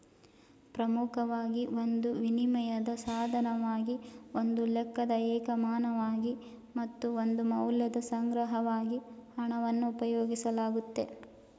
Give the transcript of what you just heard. ಪ್ರಮುಖವಾಗಿ ಒಂದು ವಿನಿಮಯದ ಸಾಧನವಾಗಿ ಒಂದು ಲೆಕ್ಕದ ಏಕಮಾನವಾಗಿ ಮತ್ತು ಒಂದು ಮೌಲ್ಯದ ಸಂಗ್ರಹವಾಗಿ ಹಣವನ್ನು ಉಪಯೋಗಿಸಲಾಗುತ್ತೆ